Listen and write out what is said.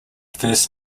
first